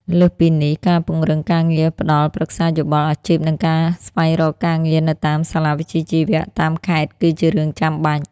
លើសពីនេះ ការពង្រឹងការងារផ្តល់ប្រឹក្សាយោបល់អាជីពនិងការស្វែងរកការងារនៅតាមសាលាវិជ្ជាជីវៈតាមខេត្តគឺជារឿងចាំបាច់។